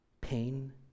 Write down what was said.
pain